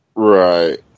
Right